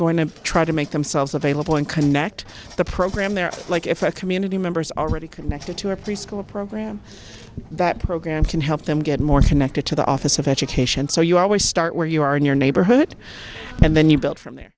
going to try to make themselves available and connect the program they're like if a community members already connected to a preschool program that program can help them get more connected to the office of education so you always start where you are in your neighborhood and then you build from there